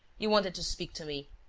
you want to speak to me!